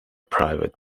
private